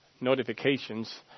notifications